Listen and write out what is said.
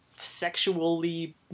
sexually